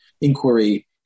inquiry